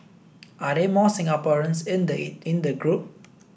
are there more Singaporeans in the in the group